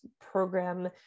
program